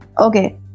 Okay